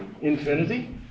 infinity